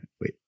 wait